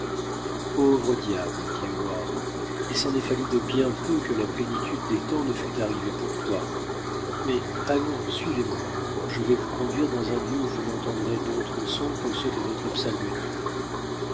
pauvre diable dit heyward il s'en est fallu de bien peu que la plénitude des temps ne fût arrivée pour toi mais allons suivez-moi je vais vous conduire dans un lieu où vous n'entendrez d'autres sons que ceux de votre psalmodie